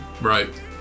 Right